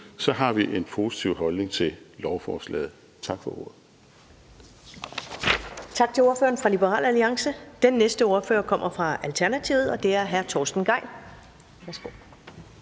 ud, har vi en positiv holdning til lovforslaget. Tak for ordet.